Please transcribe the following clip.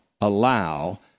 allow